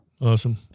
Awesome